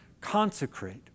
consecrate